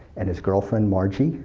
and his girlfriend margie,